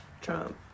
Trump